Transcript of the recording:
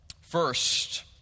first